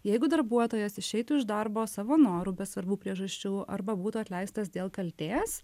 jeigu darbuotojas išeitų iš darbo savo noru be svarbių priežasčių arba būtų atleistas dėl kaltės